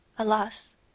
Alas